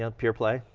ah peerplay,